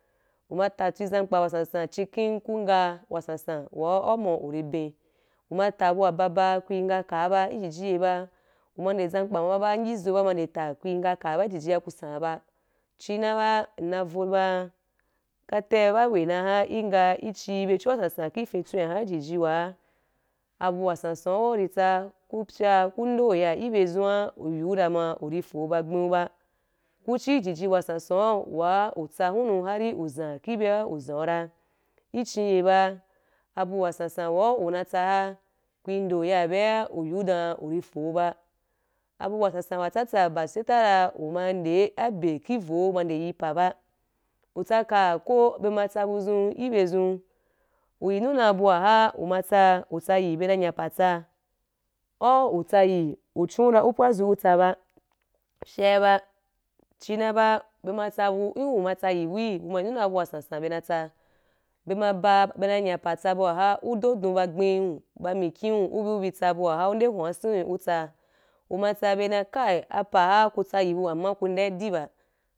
Uma ta twin zampa wasansan cīn ken ku ngeh wasansan wa au’ma uri ben uma ta bu wababa, kur ngah ka’aba ba ijiji ye ba, uma nde zampa ma ba ayyizu ba ma nde ta ku yi ngah ka’ba ijiji ku san’a ba. Chi na ba, nna voh dan, katay ba weh na’a igha ichi bechu wasansan ki fintwen ‘aha ijiji wa abu wasansan wa uri tsa, ku pya, ku nde ya ibe zon uyu ra ma urī fo ba gbe ba. Ku chi ijiji wasansan wa utsa hu nu ari uzan ibye uzan ra. I chin ye ba, abu wasansan wa une tsa’a, ku nde ya bya uyu dan uri fo ba, abu wasansan watsatsa ba sai ta ra uma nde abe ki voo ma nde yin pa ba. Utsaka ko be ma tsa buzun ibezon uyi nu dan bu waha umatsa, utashi, be na nya pa tsa, a’u utsahi u duu ra upwazu utsa ba, fyeba. Chinaba be matsa bu, u’uma tsɛhi bu’e, uma yi nu dan abu wasan san be natsa, be ma ba, be naa nya pa tsabu aha, ndo don ba gbe’e ba mikhi’u, ubi ubi tsabu waha, nde hulch se yo utsa. Uma tsa be dan pa’a ku tsayi bu ama ku nde’ adi ba.